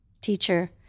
teacher